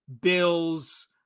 Bills